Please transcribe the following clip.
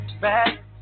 Back